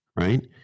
right